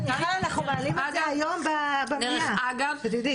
מיכל אנחנו מעלים את זה היום במליאה, שתדעי.